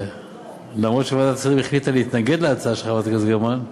אף שוועדת שרים החליטה להתנגד להצעה של חברת הכנסת גרמן,